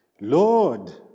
Lord